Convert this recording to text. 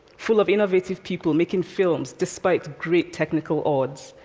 full of innovative people making films despite great technical odds,